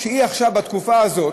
שהיא עכשיו, בתקופה הזאת,